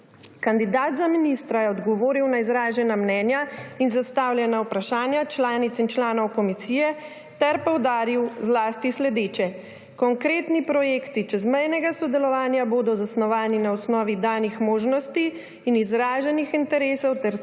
Kandidat za ministra je odgovoril na izražena mnenja in zastavljena vprašanja članic in članov komisije ter poudaril zlasti sledeče. Konkretni projekti čezmejnega sodelovanja bodo zasnovani na osnovi danih možnosti in izraženih interesov ter